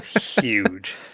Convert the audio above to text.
Huge